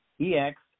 E-X